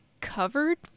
covered